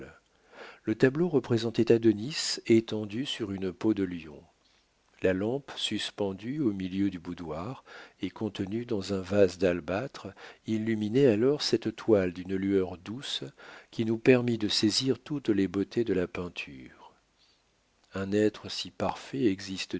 le tableau représentait adonis étendu sur une peau de lion la lampe suspendue au milieu du boudoir et contenue dans un vase d'albâtre illuminait alors cette toile d'une lueur douce qui nous permit de saisir toutes les beautés de la peinture un être si parfait